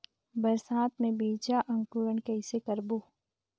बरसात मे बीजा अंकुरण कइसे करबो?